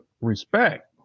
respect